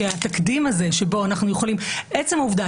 שהתקדים הזה שבו אנחנו יכולים עצם העובדה